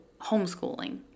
homeschooling